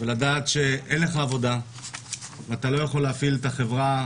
ולדעת שאין לך עבודה ואתה לא יכול להפעיל את החברה,